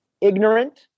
ignorant